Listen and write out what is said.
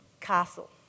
Castle